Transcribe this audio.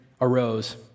arose